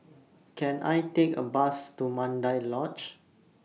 Can I Take A Bus to Mandai Lodge